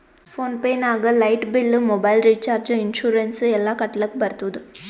phone pay ನಾಗ್ light bill, mobile recharge, insurance ಎಲ್ಲಾ ಕಟ್ಟಲಕ್ ಬರ್ತುದ್